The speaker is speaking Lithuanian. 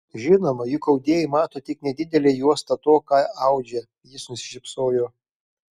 žinoma juk audėjai mato tik nedidelę juostą to ką audžia jis nusišypsojo